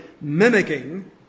mimicking